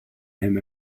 him